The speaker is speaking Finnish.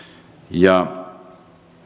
ja